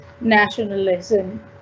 nationalism